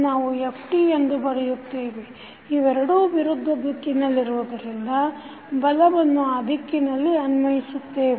ನಾವು ft ಎಂದು ಬರೆಯುತ್ತೇವೆ ಇವೆರಡೂ ವಿರುದ್ಧ ದಿಕ್ಕಿನಲ್ಲಿರುವುದರಿಂದ ಬಲವನ್ನು ಈ ದಿಕ್ಕಿನಲ್ಲಿ ಅನ್ವಯಿಸುತ್ತೇವೆ